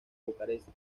bucarest